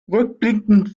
rückblickend